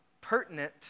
pertinent